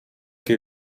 che